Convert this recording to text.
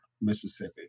mississippi